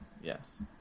yes